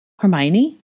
Hermione